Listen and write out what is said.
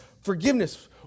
forgiveness